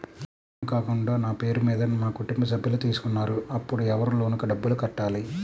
నేను కాకుండా నా పేరు మీద మా కుటుంబ సభ్యులు తీసుకున్నారు అప్పుడు ఎవరు లోన్ డబ్బులు కట్టాలి?